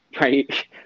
right